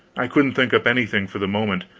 i couldn't think up anything for the moment.